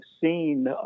seen